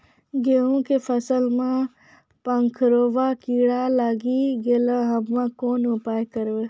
गेहूँ के फसल मे पंखोरवा कीड़ा लागी गैलै हम्मे कोन उपाय करबै?